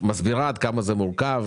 ומסבירה כמה זה מורכב